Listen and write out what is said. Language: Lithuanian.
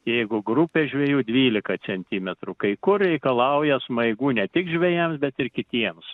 jeigu grupė žvejų dvylika centimetrų kai kur reikalauja smaigų ne tik žvejams bet ir kitiems